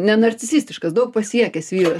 nenarcisistiškas daug pasiekęs vyras